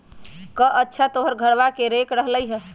कअच्छा तोहर घरवा पर रेक रखल हई?